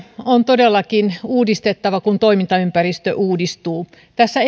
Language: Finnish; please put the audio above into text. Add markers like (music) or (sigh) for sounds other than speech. on todellakin uudistettava kun toimintaympäristö uudistuu tässä (unintelligible)